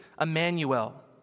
Emmanuel